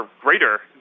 greater